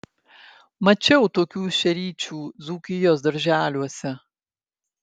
mačiau tokių šeryčių dzūkijos darželiuose